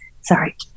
sorry